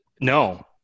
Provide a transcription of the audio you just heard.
no